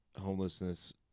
homelessness